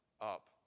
up